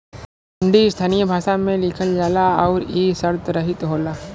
हुंडी स्थानीय भाषा में लिखल जाला आउर इ शर्तरहित होला